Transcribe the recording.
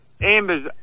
Amber's